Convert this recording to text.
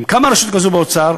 אם קמה רשות כזאת באוצר,